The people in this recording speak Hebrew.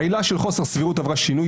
העילה של חוסר סבירות עברה שינוי